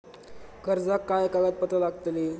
कर्जाक काय कागदपत्र लागतली?